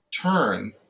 turn